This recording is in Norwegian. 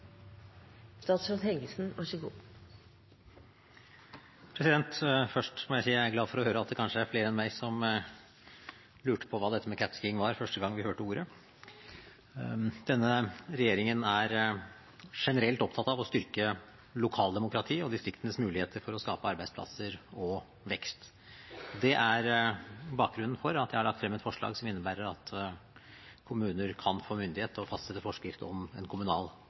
glad for å høre at det kanskje er flere enn meg som lurte på hva dette med catskiing var, første gang de hørte ordet. Denne regjeringen er generelt opptatt av å styrke lokaldemokratiet og distriktenes muligheter for å skape arbeidsplasser og vekst. Det er bakgrunnen for at jeg har lagt frem et forslag som innebærer at kommuner kan få myndighet til å fastsette forskrift om en kommunal